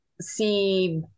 see